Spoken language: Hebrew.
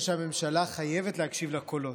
חייבת להקשיב לקולות.